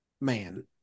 man